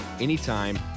anytime